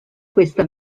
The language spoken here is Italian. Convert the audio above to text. questa